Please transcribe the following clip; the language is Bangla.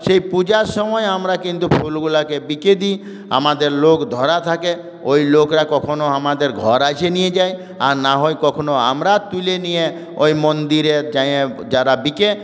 সেই পূজার সময় আমরা কিন্তু ফুলগুলোকে বিকে দিই আমাদের লোক ধরা থাকে ওই লোকরা কখনও আমাদের ঘর এসে নিয়ে যায় আর না হয় কখনও আমরা তুলে নিয়ে ওই মন্দিরে যেয়ে যারা বিকে